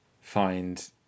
find